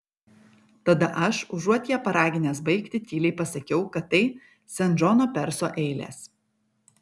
tada aš užuot ją paraginęs baigti tyliai pasakiau kad tai sen džono perso eilės